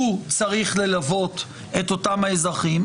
הוא צריך ללוות את אותם האזרחים.